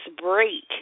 break